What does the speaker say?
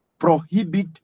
prohibit